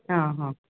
ಹಾಂ ಹಾಂ